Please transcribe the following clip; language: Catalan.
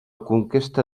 conquesta